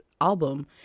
album